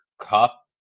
cup